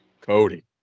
cody